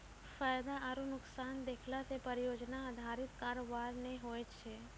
फायदा आरु नुकसान देखला से परियोजना अधारित कारोबार नै होय छै